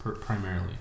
primarily